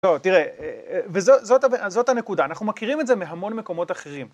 טוב, תראה, וזאת הנקודה, אנחנו מכירים את זה מהמון מקומות אחרים.